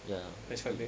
ya mmhmm